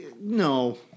No